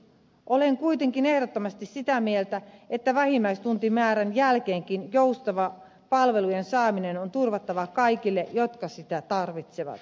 olen kuitenkin ehdottomasti sitä mieltä että vähimmäistuntimäärän jälkeenkin joustava palvelujen saaminen on turvattava kaikille jotka sitä tarvitsevat